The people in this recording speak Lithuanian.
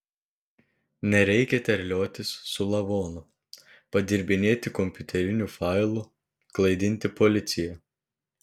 nereikia terliotis su lavonu padirbinėti kompiuterinių failų klaidinti policiją